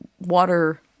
water